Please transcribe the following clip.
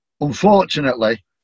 Unfortunately